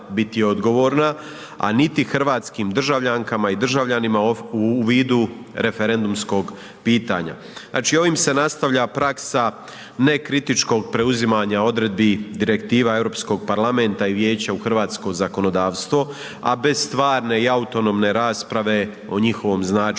a niti hrvatskim državljankama i državljanima u vidu referendumskog pitanja. Znači ovom se nastavlja praksa nekritičkog preuzimanja odredbi direktiva Europskog parlamenta i Vijeća u hrvatsko zakonodavstvo a bez stvarne autonomne rasprave o njihovom značenju.